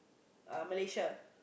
err Malaysia